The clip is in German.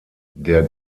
der